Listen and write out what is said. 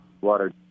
water